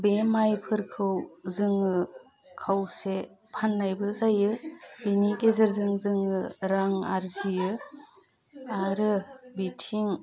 बे माइफोरखौ जोङो खावसे फाननायबो जायो बेनि गेजेरजों जों रां आरजियो आरो बिथिं